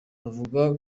avuga